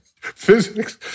Physics